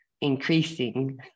increasing